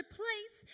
place